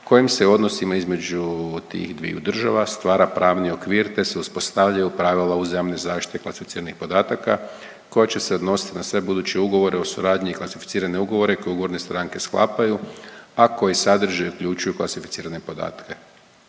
kojim se u odnosima između tih dviju država stvara pravni okvir, te se uspostavljaju pravila uzajamne zaštite klasificiranih podataka koja će se odnositi na sve buduće ugovore o suradnji i klasificirane ugovore koje ugovorne stranke sklapaju, a koje sadrže i uključuju klasificirane podatke.